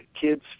kids